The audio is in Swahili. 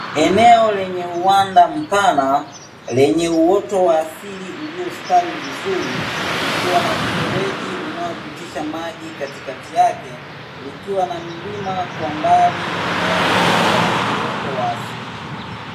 Eneo lenye uwanda mpana, lenye uoto wa asili uliostawi vizuri, likiwa na mfereji unaopitisha maji katikati yake, likiwa na milima kwa mbali inayoonyesha ni uoto wa asili.